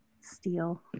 steel